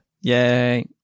Yay